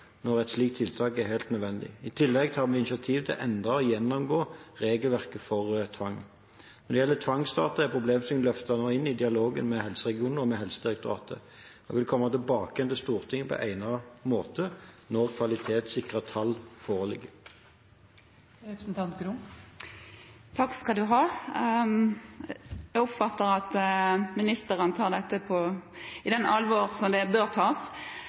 når et slikt tiltak er helt nødvendig. I tillegg tar vi initiativ til å endre og gjennomgå regelverket for bruk av tvang. Når det gjelder tvangsdata, er problemstillingen løftet inn i dialogen med de regionale helseforetakene og med Helsedirektoratet. Jeg vil komme tilbake til Stortinget på egnet måte når kvalitetssikrede tall foreligger. Jeg oppfatter at ministeren tar dette på det alvoret som det bør tas.